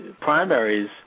primaries